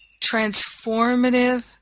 transformative